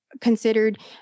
considered